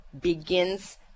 begins